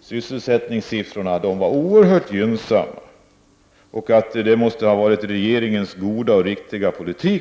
sysselsättningssiffrorna var oerhört gynnsamma; han sade att orsaken till detta dagens läge måste vara regeringens goda och riktiga politik.